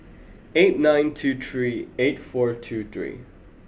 eight nine two three eight four two three